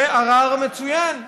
זה ערר מצוין.